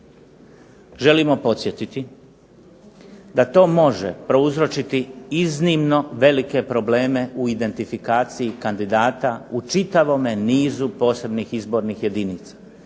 Želimo podsjetiti da to možemo prouzročiti iznimno velike probleme u identifikaciji kandidata u čitavome nizu posebnih izbornih jedinica,